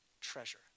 treasure